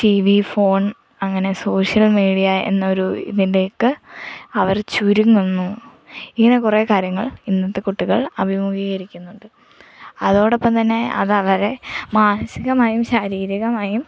tea V phone അങ്ങനെ social media എന്നൊരു ഇതിലേക്ക് അവർ ചുരുങ്ങുന്നു ഇങ്ങനെ കുറേ കാര്യങ്ങൾ ഇന്നത്തെ കുട്ടികൾ അഭിമുഖീകരിക്കുന്നുണ്ട് അതോടൊപ്പം തന്നെ അതവരെ മാനസികമായും ശാരീരികമായും